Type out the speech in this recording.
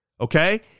okay